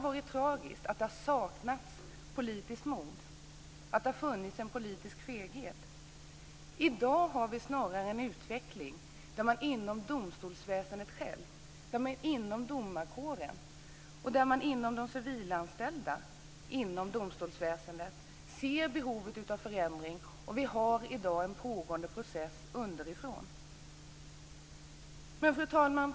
Att det har saknats politiskt mod och att det har funnits en politisk feghet har varit tragiskt. I dag har vi snarare en utveckling där man inom domstolsväsendet självt, inom domarkåren och bland de civilanställda inom domstolsväsendet ser behovet av förändring. Det pågår i dag en process underifrån. Fru talman!